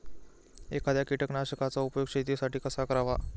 एखाद्या कीटकनाशकांचा उपयोग शेतीसाठी कसा करावा?